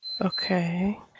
Okay